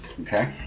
Okay